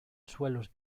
suelos